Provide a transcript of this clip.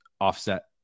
offset